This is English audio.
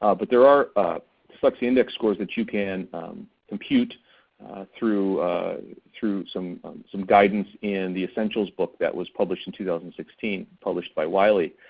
ah but there are dyslexia index scores that you can compute through through some some guidance in the essentials book that was published in two thousand and sixteen, published by wiley.